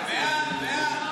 חוק שירותי הדת היהודיים (תיקון מס' 27),